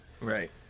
Right